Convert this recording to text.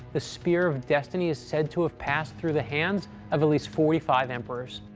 the spear of destiny is said to have passed through the hands of at least forty five emperors.